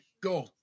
go